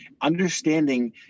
understanding